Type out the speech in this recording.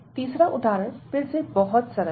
तीसरा उदाहरण फिर से बहुत सरल है